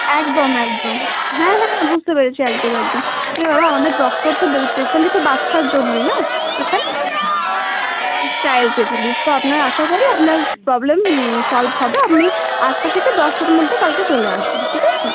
একদম একদম হ্যাঁ হ্যাঁ হ্যাঁ বুঝতে পেরেছি একদম একদম আরে বাবা আমাদের ডক্টর তো বে স্পেশালি তো বাচ্চার জন্যই না এখানে চাইল্ড স্পেশালিস্ট তো আপনার আশা করি আপনার প্রবলেম সলভ হবে আপনি আটটা থেকে দশটার মধ্যে কালকে চলে আসুন ঠিক আছে